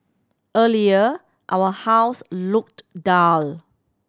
earlier our house looked dull